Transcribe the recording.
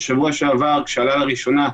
השאלה היא מה עושים במצב כזה.